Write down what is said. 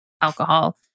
alcohol